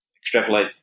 extrapolate